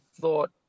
thought